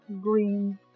green